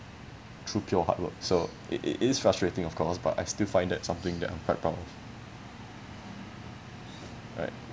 through pure hard work so it it is frustrating of course but I still find that something that I'm quite proud of